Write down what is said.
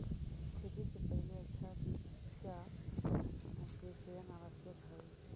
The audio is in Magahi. खेती से पहिले अच्छा बीचा के चयन आवश्यक हइ